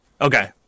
Okay